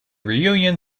reunion